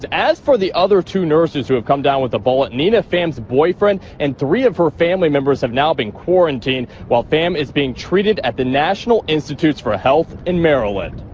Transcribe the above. as for the other two nurses who have come down with ebola, nina pham's boyfriend and three of her family members have now been quarantined while pham is being treated at the national institutes for health in maryland.